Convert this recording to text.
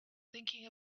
thinking